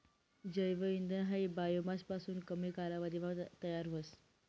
जैव इंधन हायी बायोमास पासून कमी कालावधीमा तयार व्हस